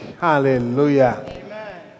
Hallelujah